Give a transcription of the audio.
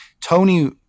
Tony